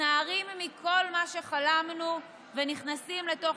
מתנערים מכל מה שחלמנו ונכנסים לתוך